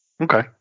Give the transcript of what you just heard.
okay